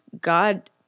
God